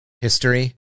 history